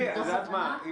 את יודעת מה?